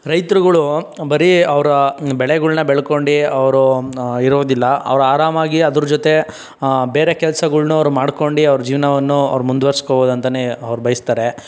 ರೈತರುಗಳು ಬರೀ ಅವರ ಬೆಳೆಗಳನ್ನ ಬೆಳ್ಕೊಂಡು ಅವರು ಇರೋದಿಲ್ಲ ಅವ್ರು ಆರಾಮಾಗಿ ಅದರ ಜೊತೆ ಬೇರೆ ಕೆಲ್ಸಗಳನ್ನು ಅವ್ರು ಮಾಡ್ಕೊಂಡು ಅವ್ರು ಜೀವನವನ್ನು ಅವ್ರು ಅಂತಲೇ ಅವ್ರು ಬಯಸ್ತಾರೆ